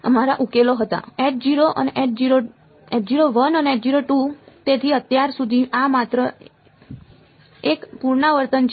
તેથી જ અમારા ઉકેલો હતા અને તેથી અત્યાર સુધી આ માત્ર એક પુનરાવર્તન છે